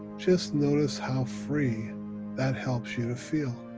just notice how free that helps you to feel.